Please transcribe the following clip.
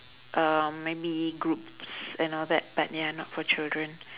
uh maybe groups and all that but ya not for children